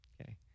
Okay